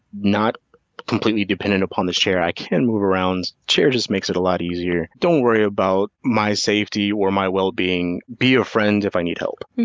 not completely dependent upon this chair. i can move around. chair just makes it a lot easier. don't worry about my safety or my wellbeing. be a friend if i need help.